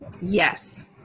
Yes